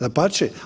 Dapače.